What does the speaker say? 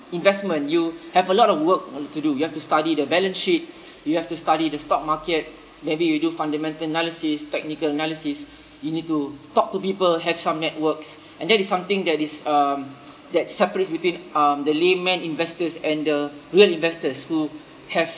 investment you have a lot of work o~ to do you have to study the balance sheet you have to study the stock market maybe you do fundamental analysis technical analysis you need to talk to people have some networks and that is something that is um that separates between um the laymen investors and the real investors who have